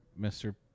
Mr